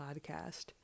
podcast